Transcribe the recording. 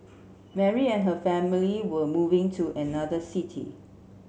Mary and her family were moving to another city